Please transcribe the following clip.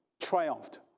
triumphed